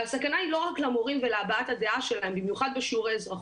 והסכנה היא לא רק למורים ולהבעת הדעה שלהם במיוחד בשיעורי אזרחות.